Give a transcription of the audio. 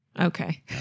Okay